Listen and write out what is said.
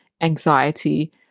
anxiety